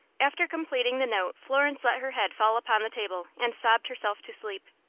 after completing the note, florence let her head fall upon the table, and sobbed herself to sleep.